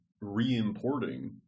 re-importing